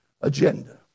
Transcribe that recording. agenda